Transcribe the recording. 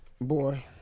Boy